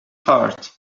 heart